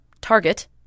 Target